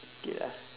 K lah